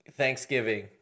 thanksgiving